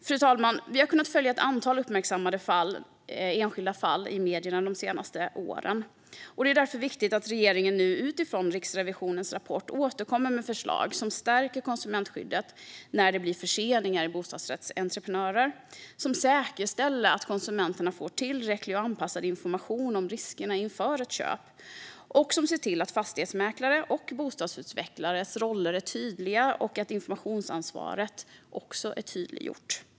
Fru talman! Vi har kunnat följa ett antal uppmärksammande enskilda fall i medierna de senaste åren. Det är därför viktigt att regeringen nu utifrån Riksrevisionens rapport återkommer med förslag som stärker konsumentskyddet vid försenade bostadsrättsentreprenader, som säkerställer att konsumenter får tillräcklig och anpassad information om riskerna inför ett köp och som ser till att fastighetsmäklares och bostadsutvecklares roller och informationsansvar är tydliggjorda.